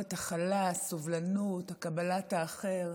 יכולת ההכלה, הסובלנות, קבלת האחר,